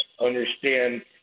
understand